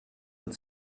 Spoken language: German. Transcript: mit